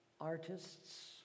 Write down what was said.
artists